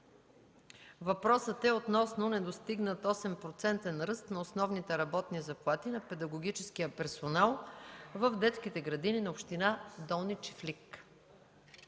Петрова относно недостигнат 8-процентен ръст на основните работни заплати на педагогическия персонал в детските градини на община Долни чифлик.